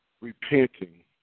repenting